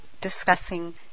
discussing